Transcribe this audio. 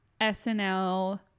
SNL